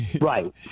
Right